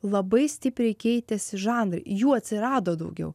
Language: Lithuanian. labai stipriai keitėsi žanrai jų atsirado daugiau